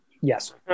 Yes